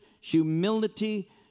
humility